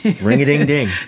Ring-a-ding-ding